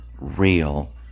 real